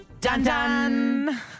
Dun-dun